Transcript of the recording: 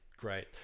Great